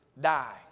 die